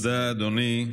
תודה, אדוני.